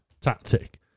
tactic